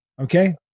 Okay